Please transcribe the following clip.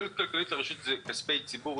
עלות כלכלית לרשות זה כספי ציבור,